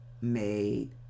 made